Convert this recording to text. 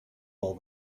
all